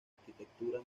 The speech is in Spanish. arquitectura